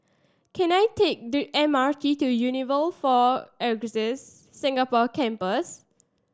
can I take the M R T to Unilever Four Acres Singapore Campus